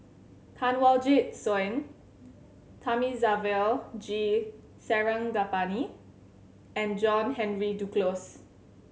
Kanwaljit Soin Thamizhavel G Sarangapani and John Henry Duclos